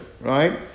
right